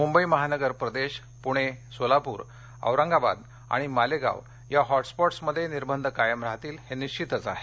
मुंबई महानगर प्रदेश पुणे सोलापुर औरंगाबाद आणि मालेगाव या हॉटस्पॉट्समध्ये निर्बंध कायम राहतील हे निश्वितच आहे